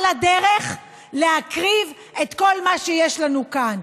ועל הדרך להקריב את כל מה שיש לנו כאן.